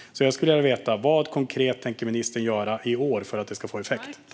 Jag skulle vilja veta: Vad konkret tänker ministern göra i år för att det ska få effekt?